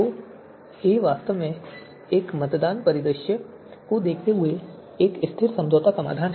तो a वास्तव में एक मतदान परिदृश्य को देखते हुए एक स्थिर समझौता समाधान है